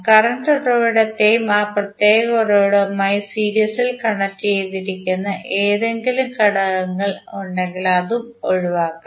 current ഉറവിടത്തെയും ആ പ്രത്യേക ഉറവിടവുമായി സീരീസിൽ കണക്റ്റുചെയ്തിരിക്കുന്ന ഏതെങ്കിലും ഘടകങ്ങൾ ഉണ്ടെങ്കിൽ അത് ഒഴിവാക്കണം